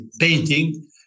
painting